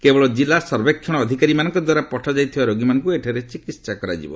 କେବଳ କିଲ୍ଲା ସର୍ବେକ୍ଷଣ ଅଧିକାରୀମାନଙ୍କଦ୍ୱାରା ପଠାଯାଇଥିବା ରୋଗୀମାନଙ୍କୁ ଏଠାରେ ଚିକିତ୍ସା କରାଯିବ